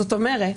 זאת אומרת,